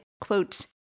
quote